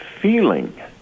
feeling